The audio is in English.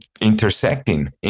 intersecting